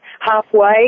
halfway